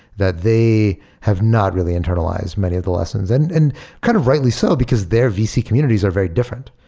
that they have not really internalized many of the lessons, and and kind of rightly so, because their vc communities are very different.